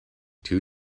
two